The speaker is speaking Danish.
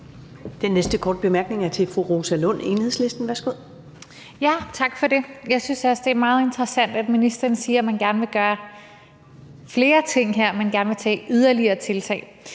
Den næste korte bemærkning er til fru Rosa Lund, Enhedslisten. Værsgo. Kl. 15:17 Rosa Lund (EL): Tak for det. Jeg synes også, det er meget interessant, at ministeren siger, at man gerne vil gøre flere ting, at man gerne vil tage yderligere tiltag.